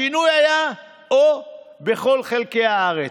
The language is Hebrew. השינוי היה "או בכל חלקי הארץ".